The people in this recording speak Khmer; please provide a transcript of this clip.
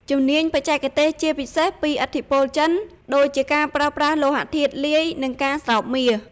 ជំនាញបច្ចេកទេស ជាពិសេសពីឥទ្ធិពលចិន ដូចជាការប្រើប្រាស់លោហៈធាតុលាយ និងការស្រោបមាស។